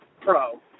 Pro